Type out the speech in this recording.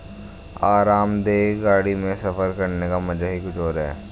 आरामदेह गाड़ी में सफर करने का मजा ही कुछ और है